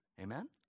Amen